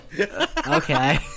Okay